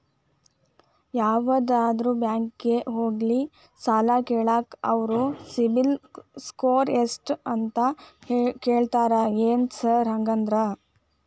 ಯಾವದರಾ ಬ್ಯಾಂಕಿಗೆ ಹೋಗ್ಲಿ ಸಾಲ ಕೇಳಾಕ ಅವ್ರ್ ಸಿಬಿಲ್ ಸ್ಕೋರ್ ಎಷ್ಟ ಅಂತಾ ಕೇಳ್ತಾರ ಏನ್ ಸಾರ್ ಹಂಗಂದ್ರ?